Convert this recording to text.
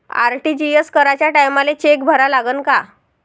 RTGS कराच्या टायमाले cheque भरा लागन का?